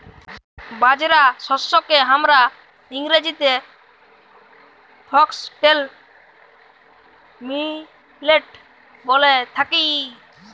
বাজরা শস্যকে হামরা ইংরেজিতে ফক্সটেল মিলেট ব্যলে থাকি